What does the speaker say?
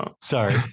Sorry